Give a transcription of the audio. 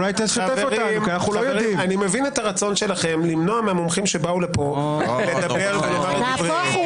אני מבין את הרצון שלכם למנוע מהמומחים שבאו הנה לומר את דבריהם.